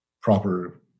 proper